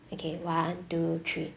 okay one two three